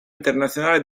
internazionale